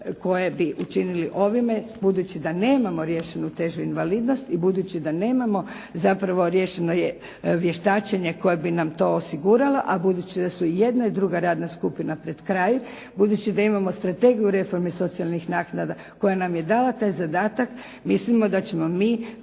koje bi učinili ovime budući da nemamo riješenu težu invalidnost i budući da nemamo zapravo riješeno je vještačenje koje bi nam to osiguralo. A budući da su i jedna i druga radna skupina pred kraj, budući da imamo Strategiju reforme socijalnih naknada koja nam je dala taj zadatak mislimo da ćemo mi